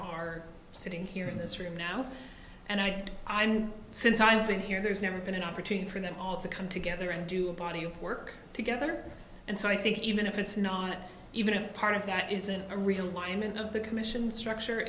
are sitting here in this room now and i i mean since i've been here there's never been an opportunity for them all to come together and do a body of work together and so i think even if it's not even if part of that isn't a realignment of the commission structure